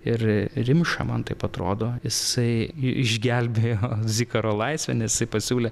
ir rimša man taip atrodo jisai išgelbėjo zikaro laisvę nes jisai pasiūlė